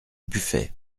buffet